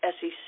SEC